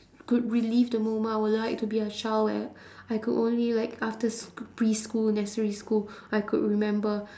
could relive the moment I would like to be a child where I could only like after sc~ preschool nursery school I could remember